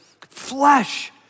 flesh